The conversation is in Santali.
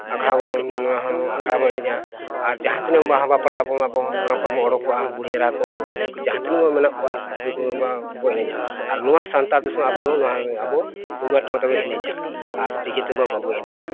ᱟᱠᱷᱲᱟ ᱵᱚᱱ ᱱᱚᱣᱟ ᱦᱚᱸ ᱟᱠᱷᱲᱟ ᱵᱚᱱ ᱮᱱᱮᱡᱼᱟ ᱟᱨ ᱡᱟᱦᱟᱸ ᱛᱤᱱᱟᱹᱜ ᱵᱟᱦᱟ ᱵᱟᱯᱞᱟᱜ ᱟᱵᱚᱱ ᱦᱚᱸ ᱚᱲᱟᱜ ᱠᱷᱚᱱ ᱵᱚᱱ ᱩᱰᱩᱠᱚᱜᱼᱟ ᱵᱩᱰᱷᱤ ᱮᱨᱟᱠᱚ ᱵᱟᱹᱦᱩ ᱠᱩᱲᱤ ᱡᱟᱦᱟᱸ ᱛᱤᱱᱟᱹᱜ ᱜᱮ ᱢᱮᱱᱟᱜ ᱠᱚᱣᱟ ᱩᱱᱠᱩ ᱦᱚᱸ ᱵᱚᱱ ᱮᱱᱮᱡᱼᱟ ᱟᱨ ᱱᱚᱣᱟ ᱥᱟᱱᱛᱟᱲ ᱫᱤᱥᱚᱢᱨᱮ ᱟᱵᱚ ᱫᱚ ᱱᱚᱣᱟ ᱟᱵᱚ ᱛᱩᱢᱫᱟᱜᱼᱴᱟᱢᱟᱠ ᱛᱮᱵᱚᱱ ᱮᱱᱮᱡᱼᱟ ᱟᱨ ᱛᱮ ᱵᱟᱵᱚᱱ ᱮᱱᱮᱡᱼᱟ